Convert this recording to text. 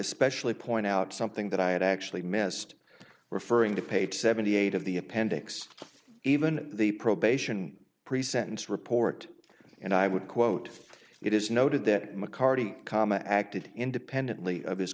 especially point out something that i had actually missed referring to page seventy eight of the appendix even the probation pre sentence report and i would quote it is noted that mccarty comma acted independently of his